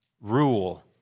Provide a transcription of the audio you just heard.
rule